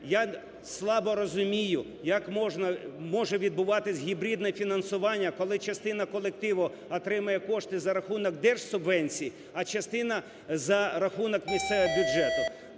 я слабо розумію, як може відбуватися гібридне фінансування, коли частина колективу отримує кошти за рахунок держсубвенції, а частина за рахунок місцевих бюджетів.